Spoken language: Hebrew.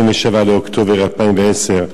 27 באוקטובר 2010,